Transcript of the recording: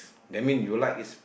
that mean you like is